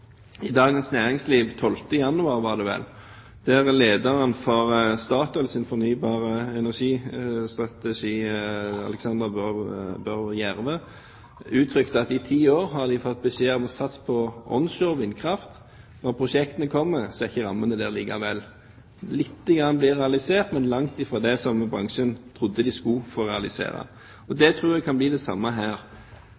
i Dagens Næringsliv den 12. januar 2010, der lederen for Statoils fornybare energistrategi, Alexandra Bech Gjørv, uttrykte at de i ti år har fått beskjed om å satse på onshore vindkraft, og når prosjektene kommer, er ikke rammene der likevel. Litt blir realisert, men langt fra det som bransjen trodde de skulle få realisere. Og